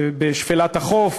ובשפלת החוף,